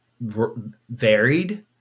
varied